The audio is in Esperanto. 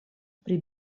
pri